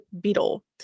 beetle